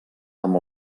amb